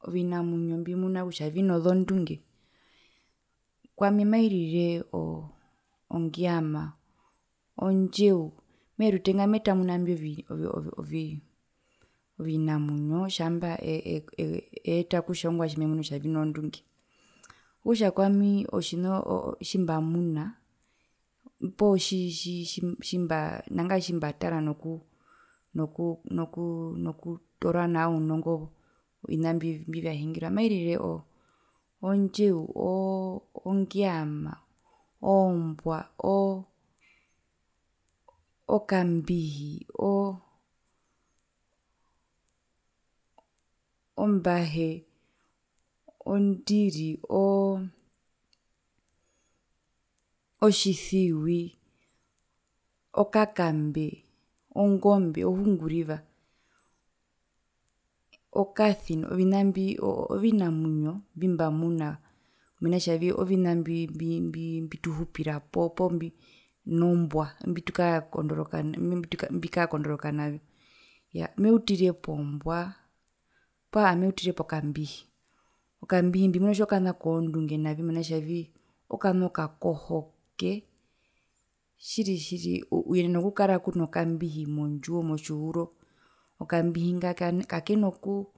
Ovina mwinyo mbimbi muna kutja vino zondunge kwami mairire o ngeama ondjeu mehee rutenga metamuna imbi vyo oo ovinamwinyo tjaamba ee e eta kutja ongwae tjimemunu kutja vino zondunge, okutja kwami otjina tjimbamuna poo tji tji tji nangae tjimbatara nokuu noku noku nku noku toora nao unongo movina mbivyahingirwa mairire ondjeu, ongeama, ombua, okambihi, ombahe ondiri oo oo otjisiui, okakambe, ongombe, ohunguriva, okasino, ovina mbi ovinamwinyo mbimbamuna mena rokutja oo ovina mbi mbi mbituhupira poo po po nombua mbitukaa mbitukara okondoroka navyo iya meutire pombua poo aaha meutire pokambihi, okambihi mbimuna kutja okana kozondunge mena rokutjavii okana okakohookee tjiri tjiri uyenena okukara kuno kambihi mondjiwo motjihuro, okambihi nga kaena kuu